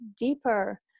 deeper